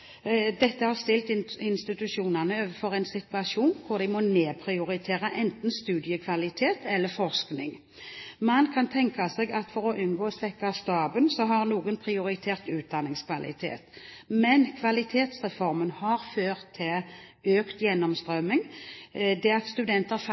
overfor en situasjon hvor de må nedprioritere enten studiekvalitet eller forskning. Man kan tenke seg at for å unngå å svekke staben har noen prioritert utdanningskvalitet. Men Kvalitetsreformen har ført til økt